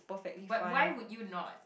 but why would you not